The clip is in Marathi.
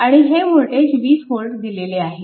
आणि हे वोल्टेज 20V दिलेले आहे